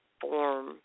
form